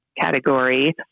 category